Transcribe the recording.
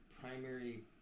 primary